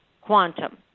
quantum